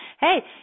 hey